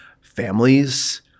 families